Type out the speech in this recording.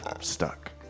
stuck